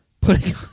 Putting